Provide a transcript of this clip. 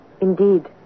Indeed